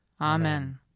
Amen